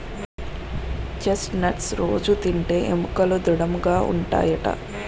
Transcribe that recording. chest nuts రొజూ తింటే ఎముకలు దృడముగా ఉంటాయట